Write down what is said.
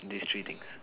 these three things